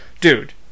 Dude